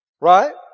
Right